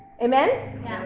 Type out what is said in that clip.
Amen